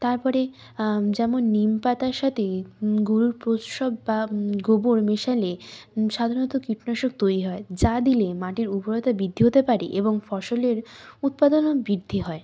তারপরে যেমন নিম পাতার সাথে গরুর প্রস্রাব বা গোবর মেশালে সাধারণত কীটনাশক তৈরি হয় যা দিলে মাটির উর্বরতা বৃদ্ধি হতে পারে এবং ফসলের উৎপাদনও বৃদ্ধি হয়